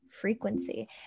Frequency